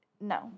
No